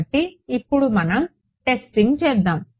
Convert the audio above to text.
కాబట్టి ఇప్పుడు మనం టెస్టింగ్ చేద్దాం